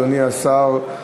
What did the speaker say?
אדוני השר,